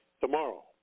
tomorrow